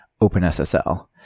OpenSSL